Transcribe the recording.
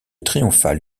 triomphale